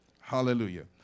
Hallelujah